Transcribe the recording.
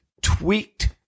tweaked